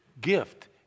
gift